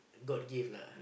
god gift lah